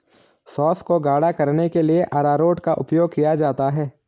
sauce को गाढ़ा करने के लिए अरारोट का उपयोग किया जाता है